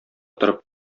торып